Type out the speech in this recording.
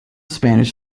spanish